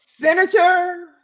senator